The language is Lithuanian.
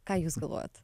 ką jūs galvojat